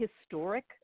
historic